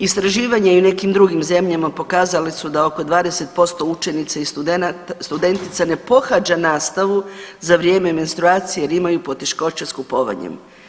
Istraživanje je u nekim drugim zemljama pokazala su da oko 20% učenica i studentica ne pohađa nastavu za vrijeme menstruacije jer imaju poteškoće s kupovanjem.